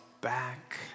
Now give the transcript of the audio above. back